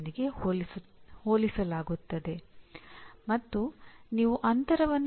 ಇಲ್ಲಿ ಮಾಡುವುದು ಮತ್ತು ನಿರ್ವಹಿಸುವುದಕ್ಕೆ ಒತ್ತು ನೀಡಲಾಗುತ್ತದೆ